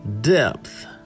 depth